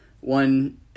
One